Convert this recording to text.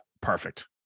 Perfect